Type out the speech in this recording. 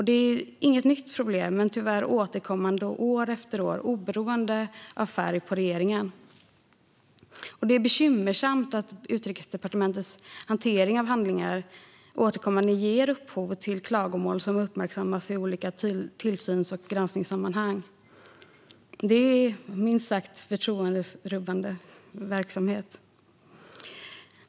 Det är inget nytt problem utan är tyvärr återkommande år efter år, oberoende av färg på regeringen. Det är bekymmersamt att Utrikesdepartementets hantering av handlingar återkommande ger upphov till klagomål som uppmärksammas i olika tillsyns och granskningssammanhang. Det är minst sagt förtroenderubbande.